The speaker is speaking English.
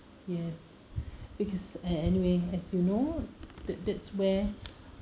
yes because a~ anyway as you know that that's where